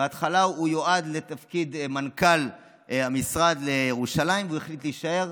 בהתחלה הוא יועד לתפקיד מנכ"ל המשרד לענייני ירושלים והוא החליט להישאר.